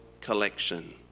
collection